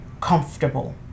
comfortable